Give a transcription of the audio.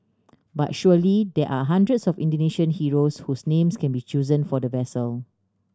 but surely there are hundreds of Indonesian heroes whose names can be chosen for the vessel